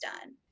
done